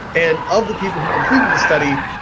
and of the people who completed the study,